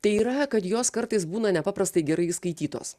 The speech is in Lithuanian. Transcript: tai yra kad jos kartais būna nepaprastai gerai įskaitytos